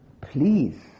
Please